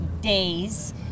days